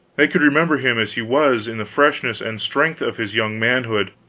they could remember him as he was in the freshness and strength of his young manhood,